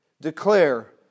Declare